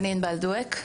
אני ענבל דואק,